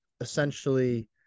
essentially